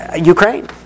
Ukraine